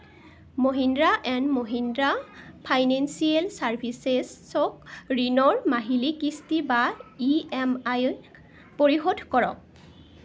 Mahindra and Mahindra financial চাৰ্ভিচেছক ঋণৰ মাহিলি কিস্তি বা ই এম আই পৰিশোধ কৰক